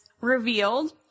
revealed